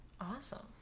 Awesome